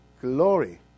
glory